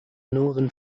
northern